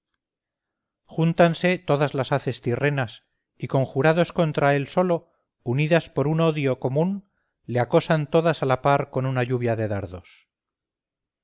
júntanse todas las haces tirrenas y conjuradas contra él solo unidas por un odio común le acosan todas a la par con una lluvia de dardos